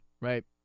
Right